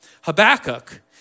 Habakkuk